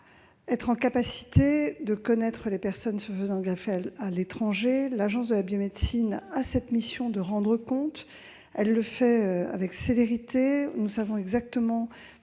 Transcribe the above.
être en mesure de connaître les personnes se faisant greffer à l'étranger. L'Agence de la biomédecine a la mission de rendre compte ; elle le fait avec célérité. Nous savons exactement,